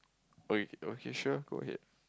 okay okay sure go ahead